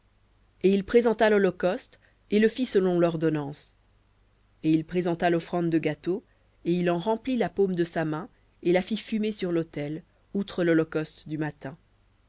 et il présenta l'holocauste et le fit selon lordonnance et il présenta l'offrande de gâteau et il en remplit la paume de sa main et la fit fumer sur l'autel outre l'holocauste du matin